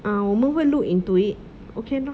uh 我们会 look into it